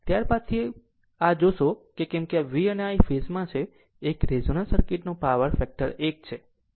ત્યારબાદથી આ જોશે કેમ કે V અને I ફેઝમાં છે એક રેઝોનન્સ સર્કિટનો પાવર ફેક્ટર એક છે